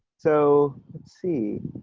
so let's see.